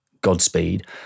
Godspeed